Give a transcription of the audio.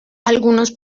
algunos